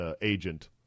agent